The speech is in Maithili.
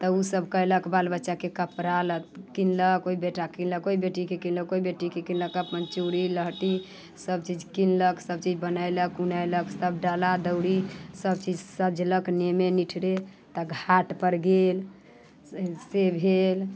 तऽ ओ सब कयलक बाल बच्चाके कपड़ा लत्ता कीनलक ओहि बेटाके कीनलक ओहि बेटीके कीनलक ओहि बेटीके कीनलक अपन चूड़ी लहठी सब चीज कीनलक सब चीज बनेलक ओनेलक सब डाला दौरी सब चीज सझलक नेमे निठरे तऽ घाट पर गेल से भेल